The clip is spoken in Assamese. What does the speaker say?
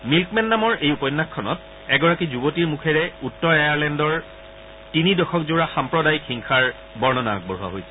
মিল্কমেন নামৰ এই উপন্যাসখনত এগৰাকী যুৱতীৰ মুখেৰে উত্তৰ আয়াৰলেণ্ডৰ তিনি দশকজোৰা সাম্প্ৰদায়িক হিংসাৰ বৰ্ণনা আগবঢ়োৱা হৈছে